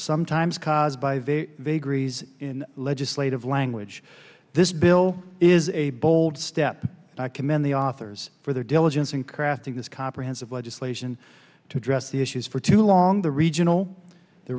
sometimes caused by the vagaries in legislative language this bill is a bold step and i commend the authors for their diligence in crafting this comprehensive legislation to address the issues for too long the regional the